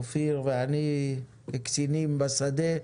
אופיר ואני קצינים בשדה,